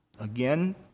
Again